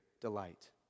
delight